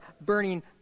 burning